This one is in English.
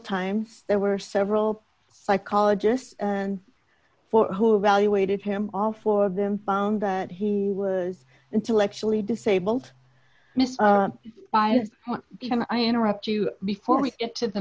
times there were several psychologists and four who evaluated him all four of them found that he was intellectually disabled mr baez what can i interrupt you before we get to the